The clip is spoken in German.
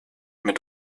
mit